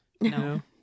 No